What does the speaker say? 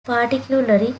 particularly